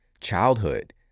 childhood